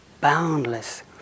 boundless